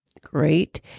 great